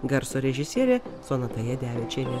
garso režisierė sonata jadevičienė